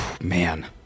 Man